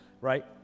right